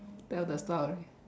tell the story